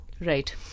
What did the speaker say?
Right